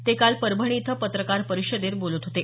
ते काल परभणी इथं पत्रकार परिषदेत बोलत होते